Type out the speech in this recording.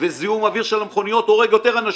וזיהום אוויר של המכוניות הורג יותר אנשים,